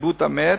לכיבוד המת,